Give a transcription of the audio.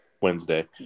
Wednesday